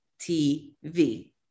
TV